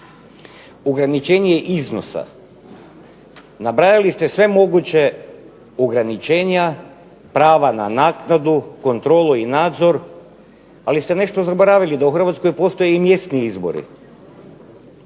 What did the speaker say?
Ograničenje iznosa, nabrajali ste sva moguća ograničenja, prava na naknadu, kontrolu i nadzor. Ali ste nešto zaboravili, da u Hrvatskoj postoje i mjesni izbori.